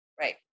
Right